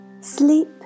sleep